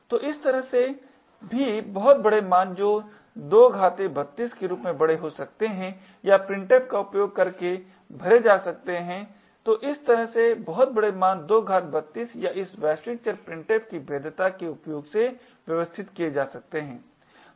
तो इस तरह से भी बहुत बड़े मान जो 2 घात 32 के रूप में बड़े हो सकते हैं या printf का उपयोग करके भरे जा सकते हैं तो इस तरह से बहुत बड़े मान 2 घात 32 या इस वैश्विक चर printf की भेद्यता के उपयोग से व्यवस्थित किए जा सकते हैं